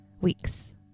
weeks